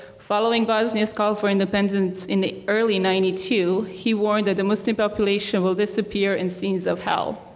following bosnia's call for independence in early ninety two he warned that the muslim population will disappear in scenes of hell.